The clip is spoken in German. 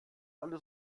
alle